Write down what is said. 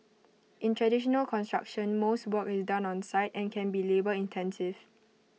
in traditional construction most work is done on site and can be labour intensive